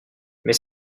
mais